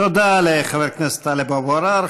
תודה לחבר הכנסת טלב אבו עראר.